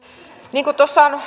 niin kuin